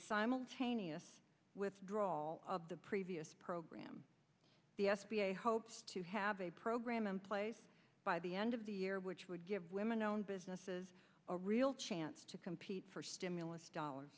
simultaneous withdrawal of the previous program the s b a hopes to have a program in place by the end of the year which would give women owned businesses a real chance to compete for stimulus dollars